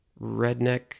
redneck